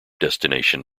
destination